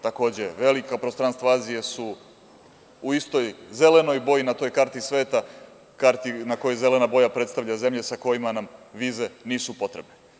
Takođe, velika prostranstva Azije su u istoj zelenoj boji na toj karti sveta, karti na kojoj zelena boja predstavlja zemlje sa kojima nam vize nisu potrebne.